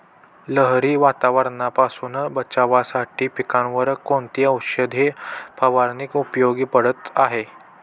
लहरी वातावरणापासून बचावासाठी पिकांवर कोणती औषध फवारणी उपयोगी पडत आहे?